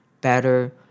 better